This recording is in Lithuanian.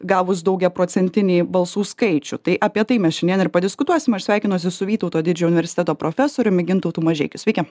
gavus daugiaprocentinį balsų skaičių tai apie tai mes šiandieną ir padiskutuosim aš sveikinuosi su vytauto didžiojo universiteto profesoriumi gintautu mažeikiu sveiki